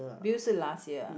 Bill 是 last year ah